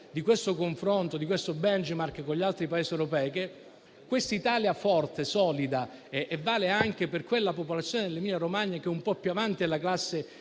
di questo confronto, di questo benchmark con gli altri Paesi europei, che quest'Italia forte solida vale anche rispetto a quella popolazione dell'Emilia-Romagna, che è un po' più avanti della classe